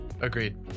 Agreed